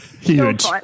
huge